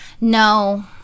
No